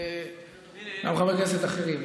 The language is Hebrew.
וגם חברי כנסת אחרים.